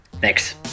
Thanks